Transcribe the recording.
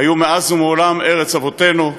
היו מאז ומעולם ארץ אבותינו,